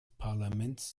parlaments